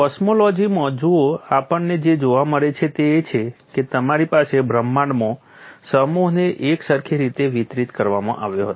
કોસ્મોલોજીમાં જુઓ આપણને જે જોવા મળે છે તે એ છે કે તમારી પાસે બ્રહ્માંડમાં સમૂહને એકસરખી રીતે વિતરિત કરવામાં આવ્યો છે